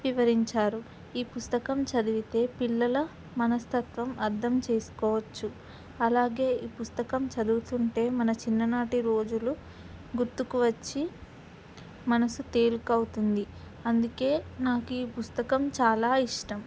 వివరించారు ఈ పుస్తకం చదివితే పిల్లల మనస్తత్వం అర్థం చేసుకోవచ్చు అలాగే ఈ పుస్తకం చదువుతుంటే మన చిన్ననాటి రోజులు గుర్తుకు వచ్చి మనసు తేలికవుతుంది అందుకే నాకు ఈ పుస్తకం చాలా ఇష్టం